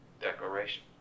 declaration